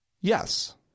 yes